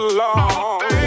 long